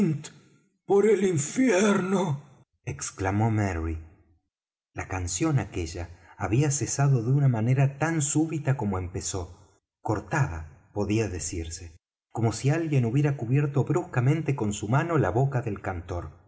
por el infierno exclamó merry la canción aquella había cesado de una manera tan súbita como empezó cortada podía decirse como si alguien hubiera cubierto bruscamente con su mano la boca del cantor